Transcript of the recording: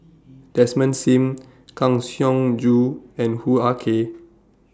Desmond SIM Kang Siong Joo and Hoo Ah Kay